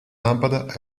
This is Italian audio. lampada